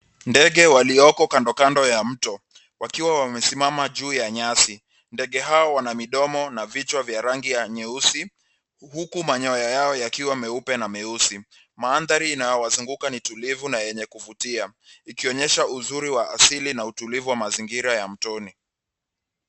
Ndege walioko kando kando ya mto wakiwa wamesimama juu ya nyasi. Ndege hawa wana midomo na vichwa vya rangi ya nyeusi huku manyoa yao yakiwa meupe na meusi. Mandhari inayowazunguka ni utulivu na yenye kuvutia, ikionyesha uzuri wa asili na utulivu wa mazingira ya mtoni.